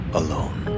alone